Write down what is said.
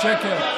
"שקר".